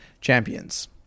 champions